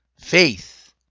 Faith